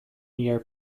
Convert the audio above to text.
near